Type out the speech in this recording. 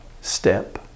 step